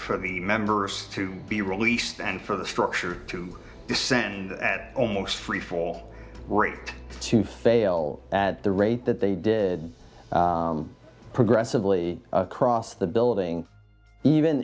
for the members to be released and for the structure to descend at almost free fall rate to fail at the rate that they did progressively across the building even